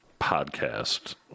podcast